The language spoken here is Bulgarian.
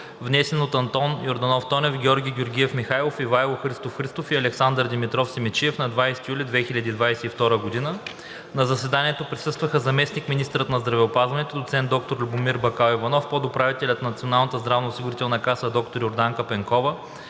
внесен от Антон Йорданов Тонев, Георги Георгиев Михайлов, Ивайло Христов Христов и Александър Димитров Симидчиев на 20 юли 2022 г. На заседанието присъстваха: заместник-министърът на здравеопазването доцент доктор Любомир Бакаливанов, подуправителят на Националната здравноосигурителна каса, доктор Йорданка Пенкова,